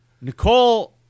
Nicole